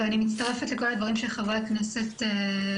ואני מצטרפת לכל הדברים שחברי הכנסת אמרו,